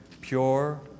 pure